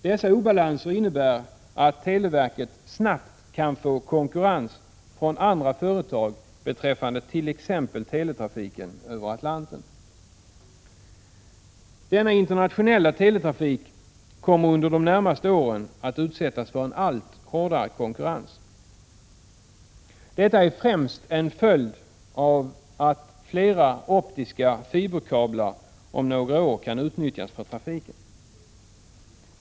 Dessa obalanser innebär att televerket snabbt kan få konkurrens från andra företag beträffande t.ex. teletrafiken över Atlanten. Denna internationella teletrafik kommer under de närmaste åren att utsättas för en allt hårdare konkurrens. Det är främst en följd av att fler optiska fiberkablar om några år kan utnyttjas för trafiken.